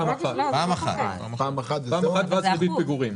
פעם אחת ואז ריבית פיגורים.